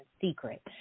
secret